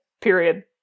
period